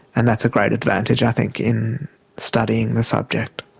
and that's a great advantage i think in studying the subject.